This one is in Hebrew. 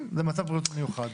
זה מצב בריאות מיוחד.